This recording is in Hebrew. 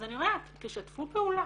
אז אני אומרת, תשתפו פעולה.